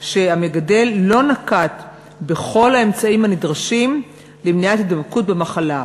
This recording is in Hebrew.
שהמגדל לא נקט את כל האמצעים הנדרשים למניעת הידבקות במחלה.